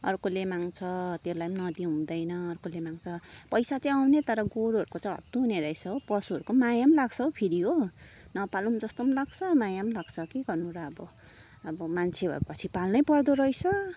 अर्कोले माग्छ त्यसलाई नदिइ हुँदैन अर्कोले माग्छ पैसा चाहिँ आउने तर गोरुहरूको चाहिँ हत्तु हुने रहेछ हौ पशुहरूको माया पनि लाग्छ हौ फेरि हो नपालौँ जस्तो पनि लाग्छ माया पनि लाग्छ के गर्नु र अब अब मान्छे भए पछि पाल्नै पर्दो रहेछ